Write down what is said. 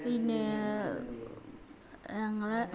പിന്നേ ഞങ്ങൾ